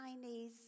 Chinese